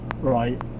right